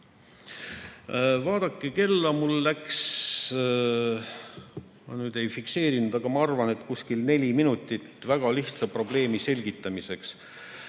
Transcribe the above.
Vaadake kella, ma ei fikseerinud, aga ma arvan, et mul läks kuskil neli minutit väga lihtsa probleemi selgitamiseks.